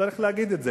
צריך להגיד את זה,